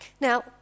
Now